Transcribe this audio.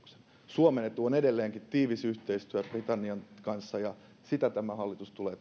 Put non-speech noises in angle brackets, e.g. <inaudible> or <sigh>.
suomen etu on edelleenkin tiivis yhteistyö britannian kanssa ja sitä tämä hallitus tulee <unintelligible>